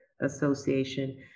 Association